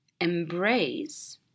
embrace